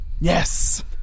Yes